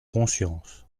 conscience